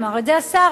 ואמר את זה השר,